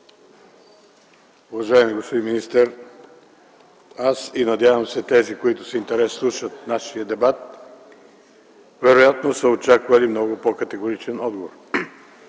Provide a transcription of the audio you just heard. Уважаеми господин министър, аз и, надявам се, тези, които с интерес слушат нашия дебат, вероятно са очаквали много по-категоричен отговор.